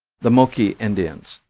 the moqui indians